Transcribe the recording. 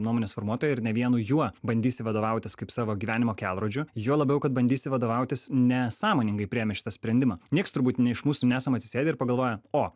nuomonės formuotoją ir ne vienu juo bandysi vadovautis kaip savo gyvenimo kelrodžiu juo labiau kad bandysi vadovautis ne sąmoningai priėmes šitą sprendimą nieks turbūt ne iš mūsų nesam atsisėdę ir pagalvoję o